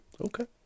Okay